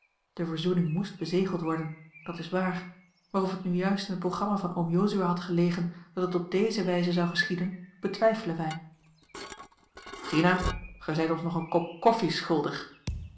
de verzoening moest bezegeld worden dat is waar maar of t nu juist in het programma van oom jozua had gelegen dat het op deze wijze zou geschieden betwijfelen wij gina gij zijt ons nog een kop koffie schuldig